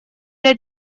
для